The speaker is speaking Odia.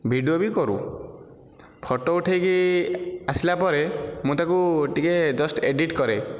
ଭିଡ଼ିଓ ବି କରୁ ଫଟୋ ଉଠେଇକି ଆସିଲା ପରେ ମୁଁ ତାକୁ ଟିକେ ଜଷ୍ଟ ଏଡିଟ୍ କରେ